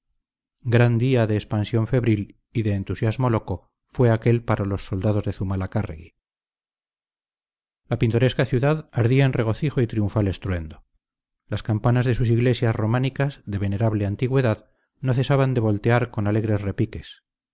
gran día de expansión febril y de entusiasmo loco fue aquél para los soldados de zumalacárregui la pintoresca ciudad ardía en regocijo y triunfal estruendo las campanas de sus iglesias románicas de venerable antigüedad no cesaban de voltear con alegres repiques